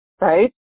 right